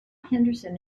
henderson